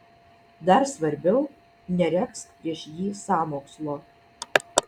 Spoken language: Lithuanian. dar svarbiau neregzk prieš jį sąmokslo